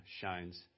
shines